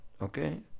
Okay